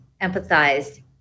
empathized